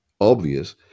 obvious